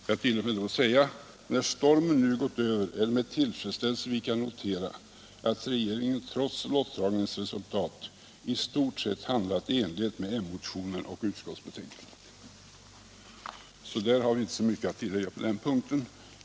Jag sade då: När stormen nu gått över är det med tillfredsställelse vi kan notera att regeringen, trots lottdragningens resultat, i stort sett handlat i enlighet med m-motionen och utskottets betänkande. Vi har alltså inte så mycket att tillägga på den punkten.